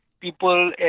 people